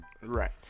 Right